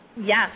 Yes